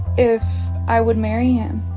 if i would marry him.